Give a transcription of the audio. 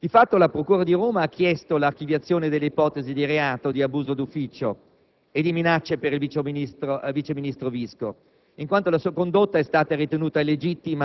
In quell'occasione, signor Ministro, avevamo ribadito anche l'importanza che la procura della Repubblica potesse svolgere il proprio lavoro in piena serenità.